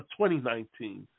2019